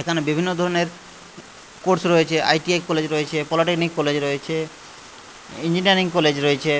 এখানে বিভিন্ন ধরণের কোর্স রয়েছে আই টি আই কলেজ রয়েছে পলিটেকনিক কলেজ রয়েছে ইঞ্জিনিয়ারিং কলেজ রয়েছে